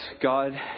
God